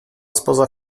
spoza